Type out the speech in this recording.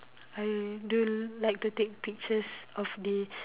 I do like to take pictures of the